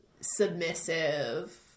submissive